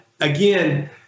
again